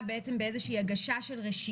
כרגע עובדים במסה מאוד גדולה,